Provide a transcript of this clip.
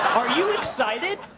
are you excited?